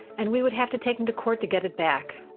and we would have to take him to court to get it back.